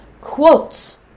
quotes